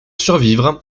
survivre